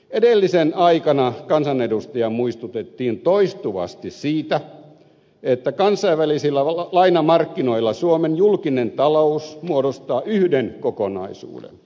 edellisen aikana kansanedustajia muistutettiin toistuvasti siitä että kansainvälisillä lainamarkkinoilla suomen julkinen talous muodostaa yhden kokonaisuuden